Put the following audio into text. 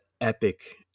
epic